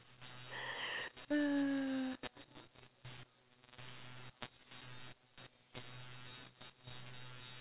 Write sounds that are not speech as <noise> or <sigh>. <laughs>